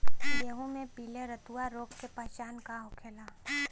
गेहूँ में पिले रतुआ रोग के पहचान का होखेला?